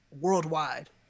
worldwide